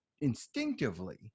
instinctively